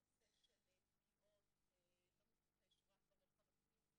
הנושא של פגיעות לא מתרחש רק במרחב הפיזי,